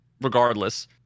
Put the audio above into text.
regardless